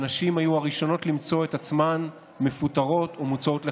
שבה נשים היו הראשונות למצוא את עצמן מפוטרות ומוצאות לחל"ת.